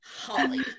Holly